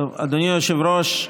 אדוני היושב-ראש,